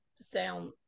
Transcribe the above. sound